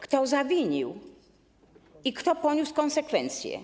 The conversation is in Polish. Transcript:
Kto zawinił i kto poniósł konsekwencje?